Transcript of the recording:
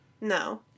no